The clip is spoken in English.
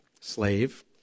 slave